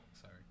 Sorry